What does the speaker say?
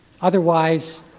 Otherwise